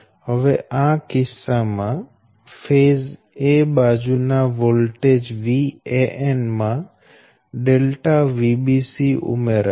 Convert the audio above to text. હવે આ કિસ્સા માં ફેઝ 'a' બાજુ ના વોલ્ટેજ Van માં ΔVbc ઉમેરાશે